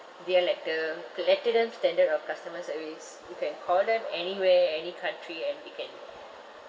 their letter the veteran standard of customer service you can call them anywhere any country and you can